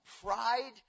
pride